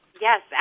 Yes